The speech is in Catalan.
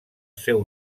seu